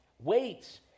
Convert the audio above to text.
Wait